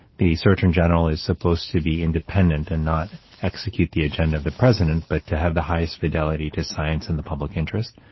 the surgeon general is supposed to be independent and not execute the agenda of the president, but to have the highest fidelity to science in the public interest.